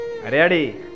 Ready